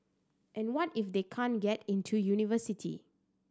and what if they can't get into university